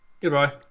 goodbye